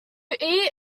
eat